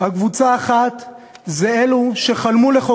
הקבוצה האחת היא של אלו שחלמו כל חייהם